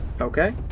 Okay